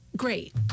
great